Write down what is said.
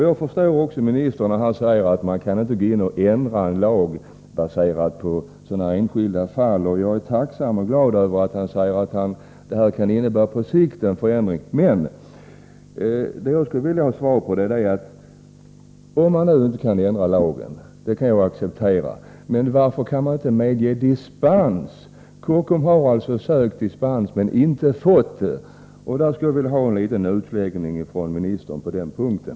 Jag förstår också justitieministern när han säger att man inte på basis av ett enskilt fall kan gå in och ändra en lag, och jag är tacksam för hans klara besked på den punkten. Men vad jag skulle vilja ha svar på är följande. Att man nu inte kan ändra lagen kan jag acceptera, men varför kan man då inte ge dispens? Kockums har sökt dispens men inte fått sådan. Jag skulle därför vilja ha en liten utläggning från ministern på den punkten.